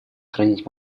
хранить